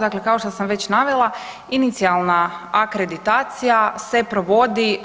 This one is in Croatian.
Dakle, kao što sam već navela inicijalna akreditacija se provodi